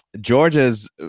Georgia's